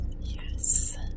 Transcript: Yes